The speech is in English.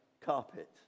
carpet